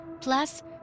Plus